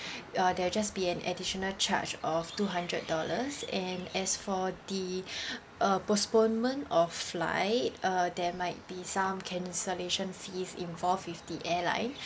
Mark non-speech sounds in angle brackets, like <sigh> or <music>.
uh there will just be an additional charge of two hundred dollars and as for the <breath> uh postponement of flight uh there might be some cancellation fees involved with the airline